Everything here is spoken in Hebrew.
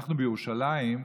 אנחנו בירושלים,